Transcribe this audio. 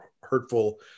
hurtful